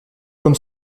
comme